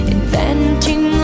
Inventing